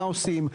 מה עושים?